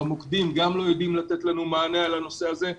במוקדים לא יודעים לתת לנו מענה על הנושא הזה.